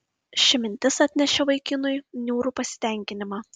ši mintis atnešė vaikinui niūrų pasitenkinimą